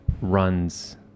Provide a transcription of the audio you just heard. runs